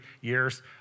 years